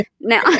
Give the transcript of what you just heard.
Now